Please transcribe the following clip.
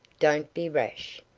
don't be rash.